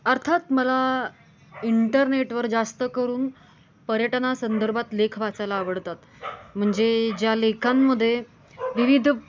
अर्थात मला इंटरनेटवर जास्त करून पर्यटना संदर्भात लेख वाचायला आवडतात म्हणजे ज्या लेखांमध्ये विविध